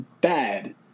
bad